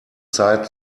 zeit